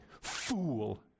fool